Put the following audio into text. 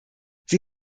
sie